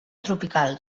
tropical